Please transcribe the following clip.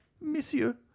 monsieur